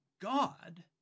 God